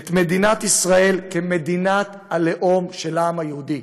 את מדינת ישראל כמדינת הלאום של העם היהודי.